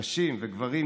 נשים וגברים.